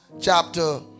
chapter